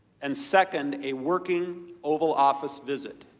and second, a working oval office visit.